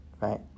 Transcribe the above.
right